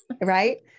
right